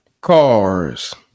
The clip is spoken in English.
Cars